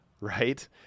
right